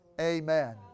Amen